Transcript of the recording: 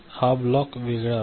हा ब्लॉक वेगळा आहे